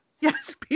Yes